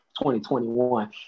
2021